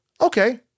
okay